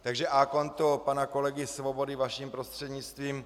Takže a konto pana kolegy Svobody vaším prostřednictvím: